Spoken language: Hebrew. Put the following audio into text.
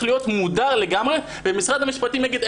להיות מודר לגמרי ומשרד המשפטים יגיד,